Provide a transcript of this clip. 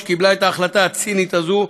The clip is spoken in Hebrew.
שקיבלה את ההחלטה הצינית הזאת,